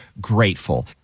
grateful